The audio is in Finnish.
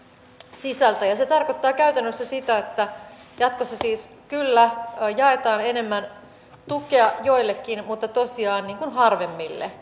sisältä ja se tarkoittaa käytännössä sitä että jatkossa siis kyllä jaetaan enemmän tukea joillekin mutta tosiaan harvemmille